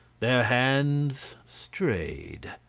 their hands strayed.